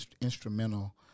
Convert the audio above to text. instrumental